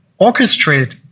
orchestrate